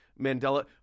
Mandela